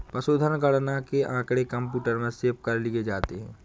पशुधन गणना के आँकड़े कंप्यूटर में सेव कर लिए जाते हैं